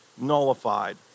nullified